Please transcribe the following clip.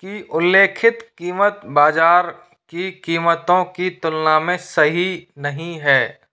की उल्लेखित कीमत बाज़ार की कीमतों की तुलना में सही नहीं है